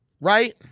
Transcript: Right